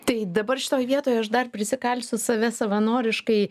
tai dabar šitoj vietoj aš dar prisikalsiu save savanoriškai